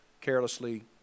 carelessly